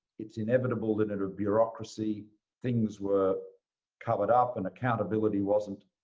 it's inevitable that in a bureaucracy things were covered up, and accountability wasn't